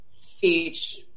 speech